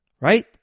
right